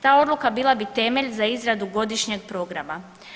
Ta odluka bila bi temelj za izradu godišnjeg programa.